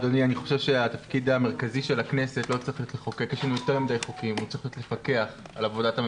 כ' באלול התש"ף (09 בספטמבר 2020). מתכבד לפתוח את ישיבת הוועדה שתבצע